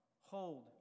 hold